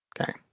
Okay